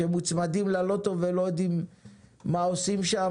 שמוצמדים ללוטו ולא יודעים מה עושים שם,